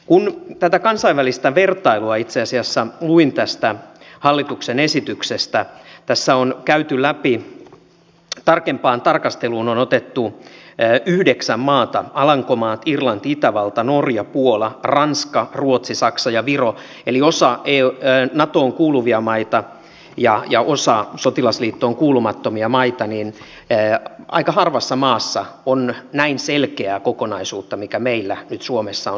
kun tätä kansainvälistä vertailua itse asiassa luin tästä hallituksen esityksestä tässä on tarkempaan tarkasteluun otettu yhdeksän maata eli alankomaat irlanti itävalta norja puola ranska ruotsi saksa ja viro siis osa natoon kuuluvia maita ja osa sotilasliittoon kuulumattomia maita niin aika harvassa maassa on näin selkeää kokonaisuutta mikä meillä nyt suomessa on syntymässä